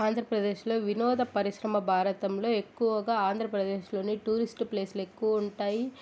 ఆంధ్రప్రదేశ్లో వినోద పరిశ్రమ భారతంలో ఎక్కువగా ఆంధ్రప్రదేశ్లోని టూరిస్ట్ ప్లేసులు ఎక్కువ ఉంటాయి